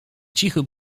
cichy